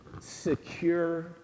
secure